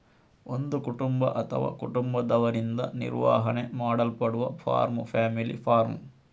ಒಂದು ಕುಟುಂಬ ಅಥವಾ ಕುಟುಂಬದವರಿಂದ ನಿರ್ವಹಣೆ ಮಾಡಲ್ಪಡುವ ಫಾರ್ಮ್ ಫ್ಯಾಮಿಲಿ ಫಾರ್ಮ್